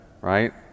right